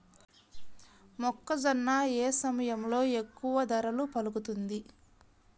మొక్కజొన్న ఏ సమయంలో ఎక్కువ ధర పలుకుతుంది?